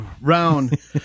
round